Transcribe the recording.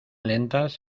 lentas